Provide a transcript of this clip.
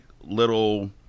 little